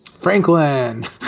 Franklin